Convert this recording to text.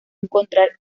encontrar